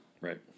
Right